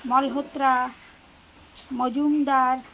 Malhotra Majumdar